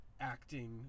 acting